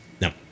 no